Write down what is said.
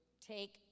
take